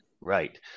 Right